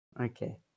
okay